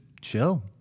chill